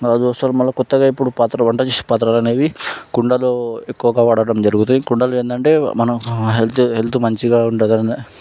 గాజు వస్తువులు మళ్ళా కొత్తగా ఇపుడు పాత్ర వంట చేసే పాత్రలు అనేవి కుండలో ఎక్కువగా వాడటం జరుగుతుంది కుండలు ఏమిటంటే మనం హెల్త్ హెల్త్ మంచిగా ఉంటుంది